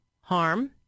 harm